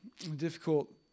difficult